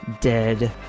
dead